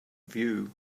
view